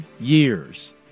years